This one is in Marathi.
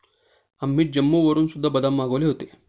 आम्ही जम्मूवरून सुद्धा बदाम मागवले होते